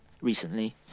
recently